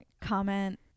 comment